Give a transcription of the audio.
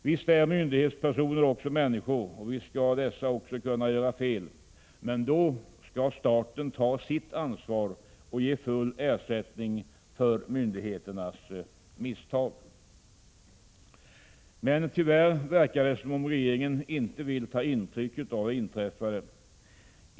Visst är myndighetspersoner också människor och visst skall även dessa kunna göra fel, men då skall staten ta sitt ansvar och ge full ersättning för myndigheternas misstag. Men tyvärr verkar det som om regeringen inte ville ta intryck av det inträffade.